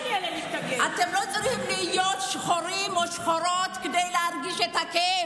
את יודעת את זה.